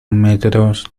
metros